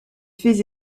faits